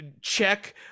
check